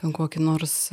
ten kokį nors